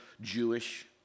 Jewish